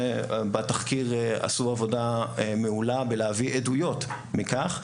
ובתחקיר עשו עבודה מעולה בהבאת עדויות לכך,